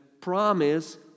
promise